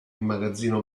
magazzino